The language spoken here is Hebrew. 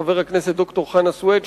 חבר הכנסת ד"ר חנא סוייד,